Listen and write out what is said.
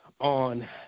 on